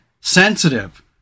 sensitive